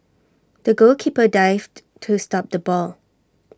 the goalkeeper dived to stop the ball